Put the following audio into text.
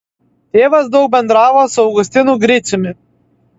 tėvas daug bendravo su augustinu griciumi